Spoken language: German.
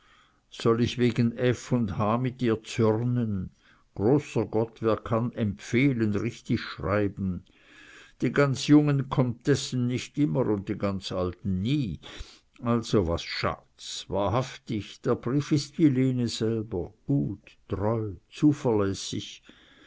soll ich wegen f und h mit ihr zürnen großer gott wer kann empfehlen richtig schreiben die ganz jungen komtessen nicht immer und die ganz alten nie also was schadt's wahrhaftig der brief ist wie lene selber gut treu zuverlässig